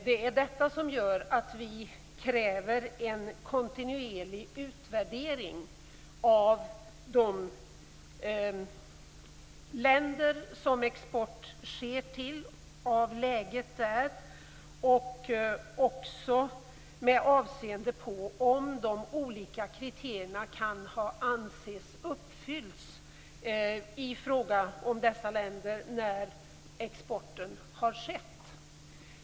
Det är detta som gör att vi kräver en kontinuerlig utvärdering av läget i de länder som export sker till, också med avseende på huruvida de olika kriterierna kan anses ha uppfyllts i fråga om dessa länder när exporten har skett.